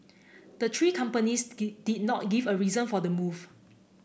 the three companies did did not give a reason for the move